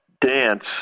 dance